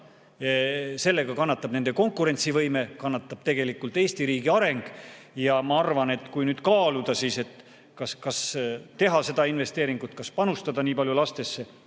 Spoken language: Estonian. Sellega kannatab nende konkurentsivõime, kannatab tegelikult Eesti riigi areng. Ja ma arvan, et kui nüüd kaaluda, kas teha seda investeeringut, kas panustada nii palju lastesse